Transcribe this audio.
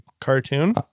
cartoon